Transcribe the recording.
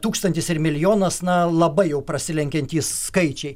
tūkstantis ir milijonas na labai jau prasilenkiantys skaičiai